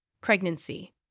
Pregnancy